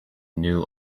knew